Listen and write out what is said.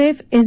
F S